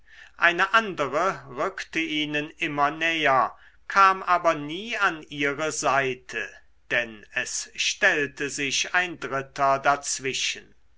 eine andere rückte ihnen immer näher kam aber nie an ihre seite denn es stellte sich ein dritter dazwischen